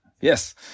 yes